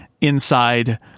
Inside